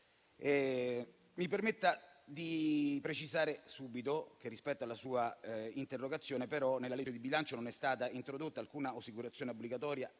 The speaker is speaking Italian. mi permetta però di precisare subito, rispetto alla sua interrogazione, che nella legge di bilancio non è stata introdotta alcuna assicurazione obbligatoria